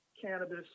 cannabis